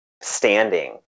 standing